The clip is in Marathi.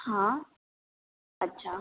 हां अच्छा